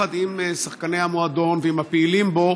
יחד עם שחקני המועדון ועם הפעילים בו,